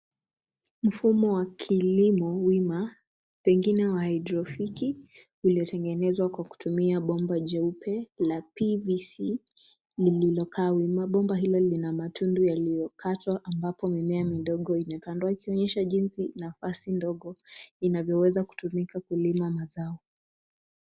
Mfumo wa kilimo wima pengine wa hydrophonic uliotengenezwa kwa kutumia bomba jeupe na PVC liliokawi. Mabomba hayo yana matundu yaliokatwa ambapo mimea midogo imepandwa ikionyesha jinsi nafasii dogo inavyoweza kutumika kulima mazao.